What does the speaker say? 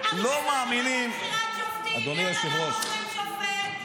הוועדה לבחירת שופטים, למה לא בוחרים שופט?